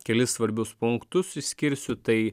kelis svarbius punktus išskirsiu tai